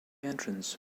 entrance